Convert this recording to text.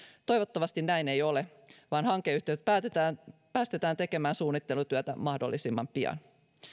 toivottavasti näin ei ole vaan hankeyhtiöt päästetään tekemään suunnittelutyötä mahdollisimman pian